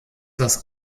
das